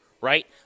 right